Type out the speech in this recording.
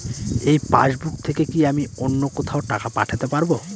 এই পাসবুক থেকে কি আমি অন্য কোথাও টাকা পাঠাতে পারব?